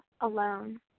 alone